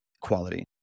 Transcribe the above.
quality